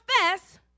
confess